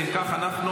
אם כך, אנחנו